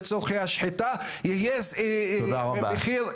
כולל הייעוץ המשפטי וכולל את כל היחידות במשרד,